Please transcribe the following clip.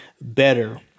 better